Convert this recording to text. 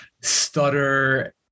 stutter